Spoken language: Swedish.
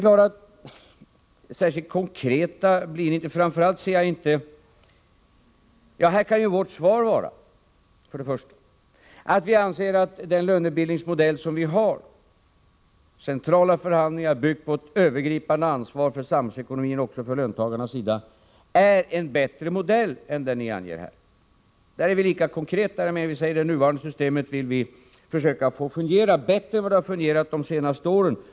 Men särskilt konkreta blir ni inte. Här kan vårt svar bli: Först och främst anser vi att den lönebildningsmodell som vi har — centrala förhandlingar byggda på ett övergripande ansvar för samhällsekonomin också från löntagarnas sida — är en bättre modell än den ni anger. Där är vi lika konkreta som förut och säger: Vi vill försöka få det nuvarande systemet att fungera bättre än det har fungerat de senaste åren.